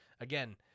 again